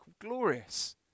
Glorious